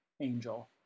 Angel